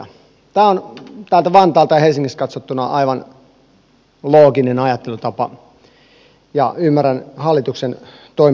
tämä on täältä vantaalta ja helsingistä katsottuna aivan looginen ajattelutapa ja ymmärrän hallituksen toimet sen suhteen